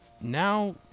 now